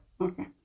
Okay